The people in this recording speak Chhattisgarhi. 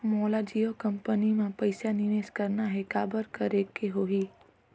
मोला जियो कंपनी मां पइसा निवेश करना हे, काबर करेके होही?